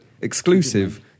exclusive